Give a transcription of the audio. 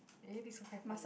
eh this one quite fun eh